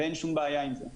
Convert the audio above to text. ואין שום בעיה עם זה.